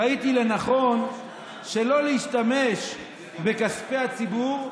ראיתי לנכון שלא להשתמש בכספי הציבור,